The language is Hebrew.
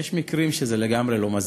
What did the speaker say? יש מקרים שזה לגמרי לא מזיק.